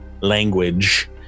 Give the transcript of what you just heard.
language